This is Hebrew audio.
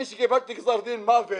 אני, שקיבלתי גזר דין מוות.